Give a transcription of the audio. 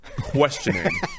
questioning